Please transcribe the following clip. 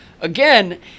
again